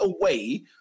away